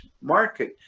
market